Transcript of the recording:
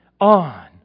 on